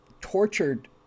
tortured